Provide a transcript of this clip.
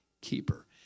keeper